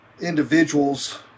individuals